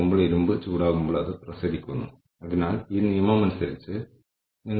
നമ്മുടെ മനുഷ്യ മൂലധനത്തിന് നമ്മൾ നൽകുന്ന ഇൻപുട്ടുകളുടെ വിഭാഗമനുസരിച്ചുള്ള നിക്ഷേപം